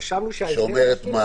מה היא אומרת?